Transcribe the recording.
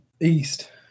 east